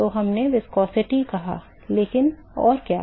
तो हमने viscosity कहा लेकिन और क्या